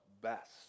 best